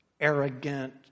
arrogant